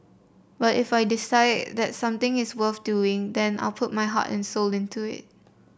but if I decide that something is worth doing then I'll put my heart and soul into it